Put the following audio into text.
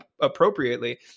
appropriately